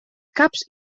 caps